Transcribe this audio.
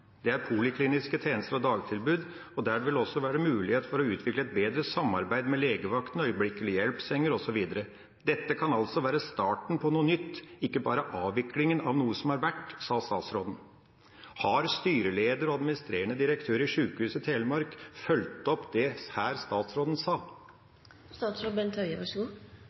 Det er polikliniske tjenester og dagtilbud, og der vil det også være mulighet for å utvikle et bedre samarbeid med legevakten, øyeblikkelig hjelp-senger osv. Dette kan altså være starten på noe nytt, ikke bare avviklingen av noe som har vært.» Har styreleder og administrerende direktør i Sykehuset Telemark fulgt opp det statsråden sa her?